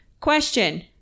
Question